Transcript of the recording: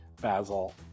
Basil